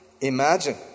Imagine